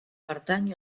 pertany